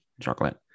chocolate